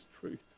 truth